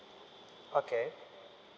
okay